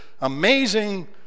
amazing